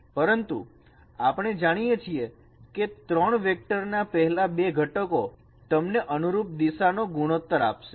પરંતુ આપણે જાણીએ છીએ કે તે 3 વેક્ટર ના પહેલા 2 ઘટકો તમને અનુરૂપ દિશા નો ગુણોત્તર આપશે